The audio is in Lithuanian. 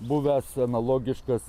buvęs analogiškas